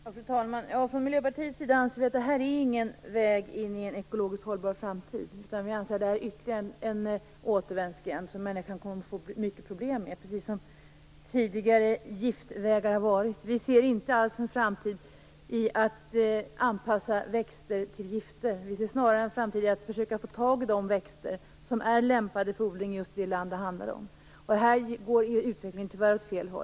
Fru talman! Vi i Miljöpartiet anser att detta inte är en väg in i en ekonologiskt hållbar framtid. Vi anser att det här är ytterligare en återvändsgränd som människan kommer att få mycket problem med - precis som det har varit med tidigare gifter. Vi ser inte alls en framtid i att anpassa växter till gifter. Vi ser snarare en framtid i att försöka få tag i de växter som är lämpade för odling vid de landområden det handlar om här. Här går utvecklingen tyvärr åt fel hål.